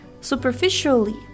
Superficially